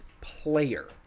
player